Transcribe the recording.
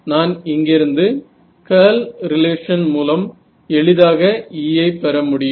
நான் இங்கிருந்து curl relation மூலம் எளிதாக E ஐ பெறமுடியும்